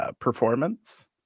performance